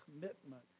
commitment